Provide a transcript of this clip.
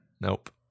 Nope